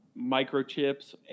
microchips